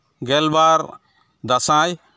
ᱜᱮᱞᱵᱟᱨ ᱫᱟᱸᱥᱟᱭ